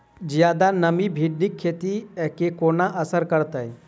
जियादा नमी भिंडीक खेती केँ कोना असर करतै?